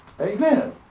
Amen